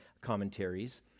commentaries